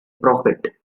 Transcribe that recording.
prophet